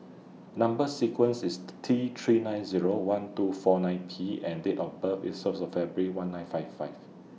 Number sequence IS T three nine Zero one two four five P and Date of birth IS First of February one nine five five